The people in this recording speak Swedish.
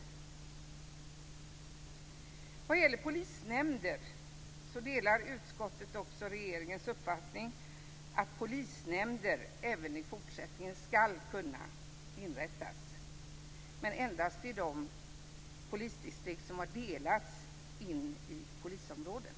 När det gäller polisnämnder delar utskottet också regeringens uppfattning att polisnämnder även i fortsättningen skall kunna inrättas, men endast i de polisdistrikt som har delats in i polisområden.